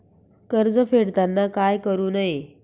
कर्ज फेडताना काय करु नये?